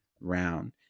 round